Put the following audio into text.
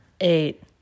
Eight